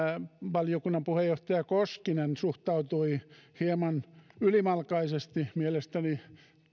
valiokunnan puheenjohtaja koskinen suhtautui hieman ylimalkaisesti mielestäni